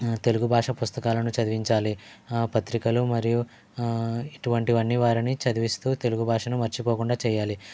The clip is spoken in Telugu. తెలుగు భాష పుస్తకాలను చదివించాలి పత్రికలు మరియు ఇటువంటివన్ని వారిని చదివిస్తూ తెలుగు భాషను మర్చిపోకుండా చేయాలి